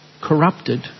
corrupted